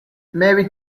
maybe